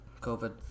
COVID